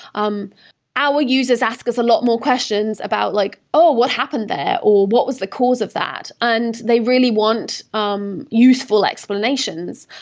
um our users ask us a lot more questions about, like oh! what happened there, or what was the cause of that? and the really want um useful explanations.